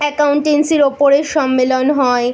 অ্যাকাউন্টেন্সির উপরে সম্মেলন হয়